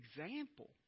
example